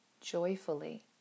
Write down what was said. joyfully